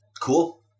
cool